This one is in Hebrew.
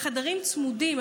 בחדרים צמודים,